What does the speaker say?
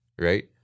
right